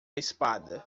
espada